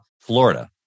Florida